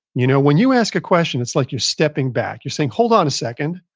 you know when you ask a question, it's like you're stepping back. you're saying, hold on a second.